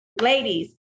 Ladies